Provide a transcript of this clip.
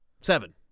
Seven